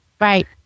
right